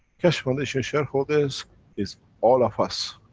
keshe foundation shareholders is all of us.